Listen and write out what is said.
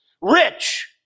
Rich